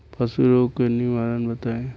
पशु रोग के निवारण बताई?